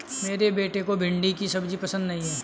मेरे बेटे को भिंडी की सब्जी पसंद नहीं है